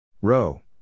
Row